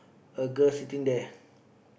a girl sitting there